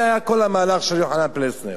זה היה כל המהלך של יוחנן פלסנר.